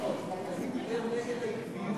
הוא דיבר נגד העקביות,